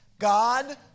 God